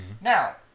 Now